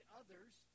others